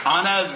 Anna